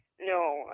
No